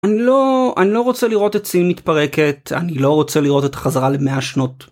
אני לא רוצה לראות את סין מתפרקת, אני לא רוצה לראות את החזרה למאה שנות.